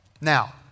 Now